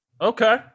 Okay